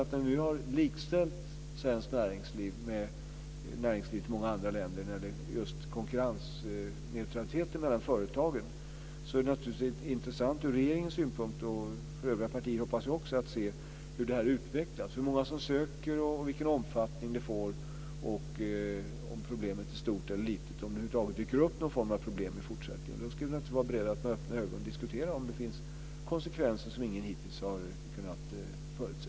Vi har likställt svenskt näringsliv med näringslivet i många andra länder när det gäller konkurrensneutraliteten mellan företagen. Det är naturligtvis intressant från regeringens synpunkt, och för övriga partier, att se hur detta utvecklas, dvs. hur många som söker, vilken omfattning det får, om problemet är stort eller litet och om det över huvud taget dyker upp någon form av problem. Då ska vi vara beredda att med öppna ögon diskutera om det finns konsekvenser som ingen hittills har kunnat förutse.